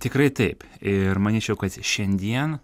tikrai taip ir manyčiau kad šiandien